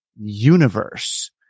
universe